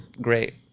great